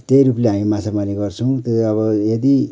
त्यही रूपले हामी माछा मार्ने गर्छौँ त्यो अब यदि